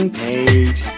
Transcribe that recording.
page